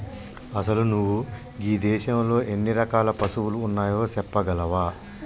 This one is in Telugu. అసలు నువు గీ దేసంలో ఎన్ని రకాల పసువులు ఉన్నాయో సెప్పగలవా